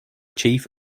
chief